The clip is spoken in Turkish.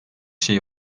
şey